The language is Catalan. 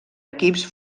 equips